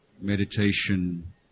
meditation